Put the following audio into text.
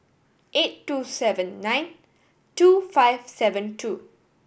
eight two seven nine two five seven two